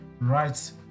right